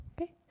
Okay